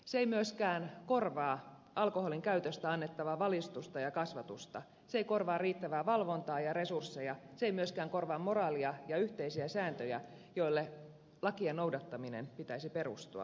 se ei myöskään korvaa alkoholin käytöstä annettavaa valistusta ja kasvatusta se ei korvaa riittävää valvontaa ja resursseja se ei myöskään korvaa moraalia ja yhteisiä sääntöjä joille lakien noudattamisen pitäisi perustua